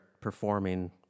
performing